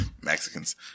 Mexicans